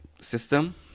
system